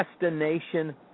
destination